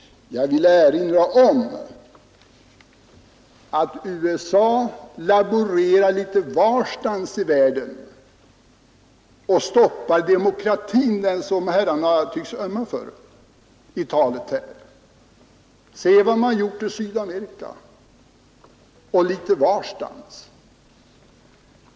Jag vill erinra om att USA laborerar litet varstans i världen och stoppar demokratin — den som herrarna tycks ömma för i talen här. Se vad nordamerikanerna har gjort i Sydamerika och litet varstans.